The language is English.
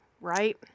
Right